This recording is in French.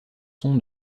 son